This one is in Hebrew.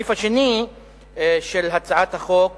הסעיף השני של הצעת החוק